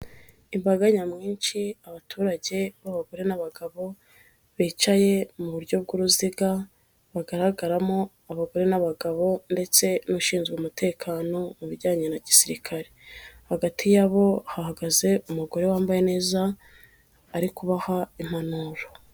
Imbaga nyamwinshi abaturage b'abagore n'abagabo bicaye mu buryo bw'uruziga. Bagaragaramo abagore n'abagabo ndetse n'ushinzwe umutekano, mu bijyanye na gisirikare. Hagati yabo hahagaze umugore wambaye neza ari kubaha impanuro.